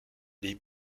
les